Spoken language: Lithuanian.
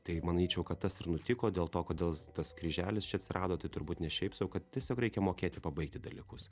tai manyčiau kad tas ir nutiko dėl to kodėl tas kryželis čia atsirado tai turbūt ne šiaip sau kad tiesiog reikia mokėti pabaigti dalykus